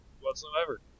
whatsoever